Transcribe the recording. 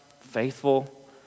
faithful